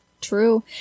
true